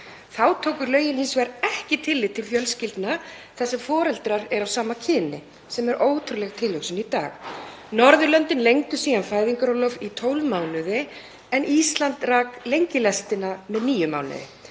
Þá tóku lögin hins vegar ekki tillit til fjölskyldna þar sem foreldrar eru af sama kyni, sem er ótrúleg tilhugsun í dag. Norðurlöndin lengdu síðan fæðingarorlof í 12 mánuði en Ísland rak lengi lestina með níu mánuði.